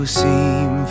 seem